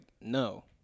no